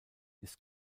ist